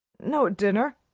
no dinner,